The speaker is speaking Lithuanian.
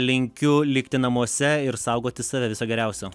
linkiu likti namuose ir saugoti save viso geriausio